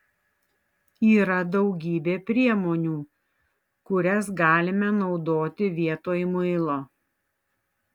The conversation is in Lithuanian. yra daugybė priemonių kurias galime naudoti vietoj muilo